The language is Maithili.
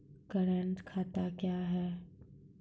करेंट खाता क्या हैं?